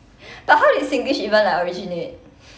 but how did singlish even like originate